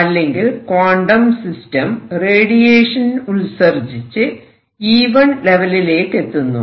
അല്ലെങ്കിൽ quantum system radiation ഉത്സർജിച്ച് E1 ലെവലിലേക്കെത്തുന്നു